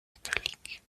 métallique